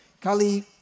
Kali